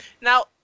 Now